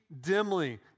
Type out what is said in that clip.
dimly